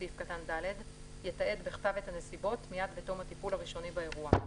בסעיף קטן (ד) יתעד בכתב את הנסיבות מיד בתום הטיפול הראשוני באירוע.